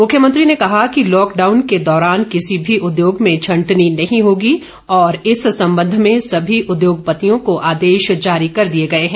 मुख्यमंत्री ने कहा कि लॉकडाउन के दौरान किसी भी उद्योग में छंटनी नहीं होगी और इस संबंध में सभी उद्योगपतियों को आदेश जारी कर दिए गए हैं